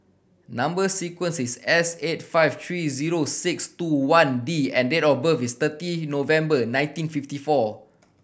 number sequence is S eight five three zero six two one D and date of birth is thirty November nineteen fifty four